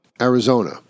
Arizona